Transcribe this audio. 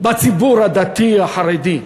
בציבור הדתי החרדי,